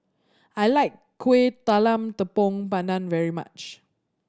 I like Kuih Talam Tepong Pandan very much